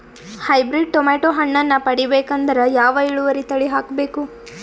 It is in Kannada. ಹೈಬ್ರಿಡ್ ಟೊಮೇಟೊ ಹಣ್ಣನ್ನ ಪಡಿಬೇಕಂದರ ಯಾವ ಇಳುವರಿ ತಳಿ ಹಾಕಬೇಕು?